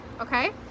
okay